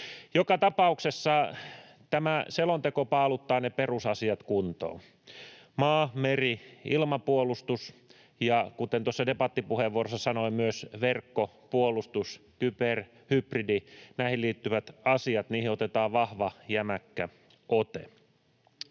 Joka tapauksessa tämä selonteko paaluttaa ne perusasiat kuntoon. Maa-, meri- ja ilmapuolustus, ja kuten tuossa debattipuheenvuorossa sanoin, myös verkkopuolustus, kyber, hybridi, näihin liittyvät asiat — niihin otetaan vahva, jämäkkä ote.